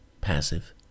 passive